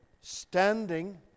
standing